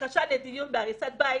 בבקשה לדיון בהריסת בית,